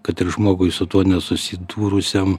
kad ir žmogui su tuo nesusidūrusiam